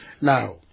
Now